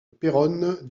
péronne